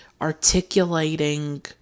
articulating